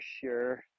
sure